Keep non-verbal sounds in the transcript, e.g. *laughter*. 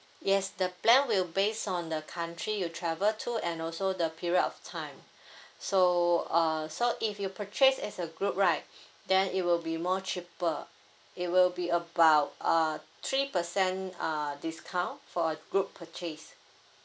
yes the plan will based on the country you travel to and also the period of time *breath* so uh so if you purchase as a group right then it will be more cheaper it will be about uh three percent uh discount for a group purchase